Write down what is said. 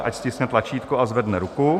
Ať stiskne tlačítko a zvedne ruku.